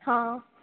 हाँ